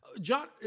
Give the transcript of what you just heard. John